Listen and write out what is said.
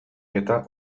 eta